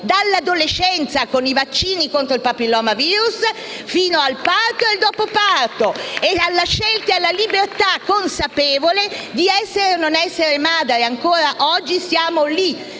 dall'adolescenza - con i vaccini contro il papilloma *virus* - fino al parto e al dopo parto. Sulla scelta e libertà consapevole di essere o non essere madre ancora oggi siamo